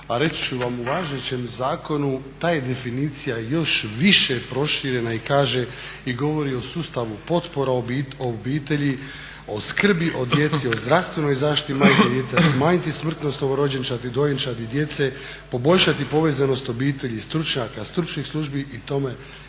a reći ću vam u važećem zakonu ta je definicija još više proširena i kaže, i govori o sustavu potpora u obitelji, o skrbi, o djeci, o zdravstvenoj zaštiti majke i djeteta, smanjiti smrtnost novorođenčadi i dojenčadi i djeci, poboljšati povezanost obitelji i stručnjaka, stručnih službi i tome